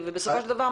בסופו של דבר,